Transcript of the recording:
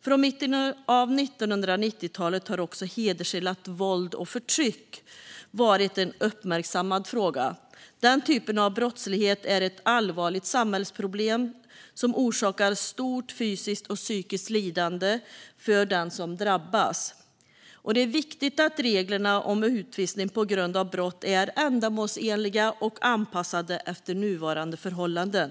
Från mitten av 1990-talet har också hedersrelaterat våld och förtryck varit en uppmärksammad fråga. Den typen av brottslighet är ett allvarligt samhällsproblem som orsakar stort fysiskt och psykiskt lidande för den som drabbas. Det är viktigt att reglerna om utvisning på grund av brott är ändamålsenliga och anpassade efter nuvarande förhållanden.